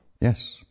Yes